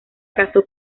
casó